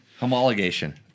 Homologation